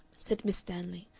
said miss stanley.